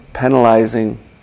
penalizing